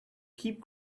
keep